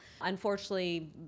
Unfortunately